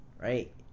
right